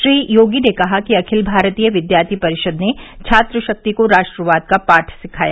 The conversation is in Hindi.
श्री योगी ने कहा कि अखिल भारतीय विद्यार्थी परिषद ने छात्र शक्ति को राष्ट्रवाद का पाठ सिखाया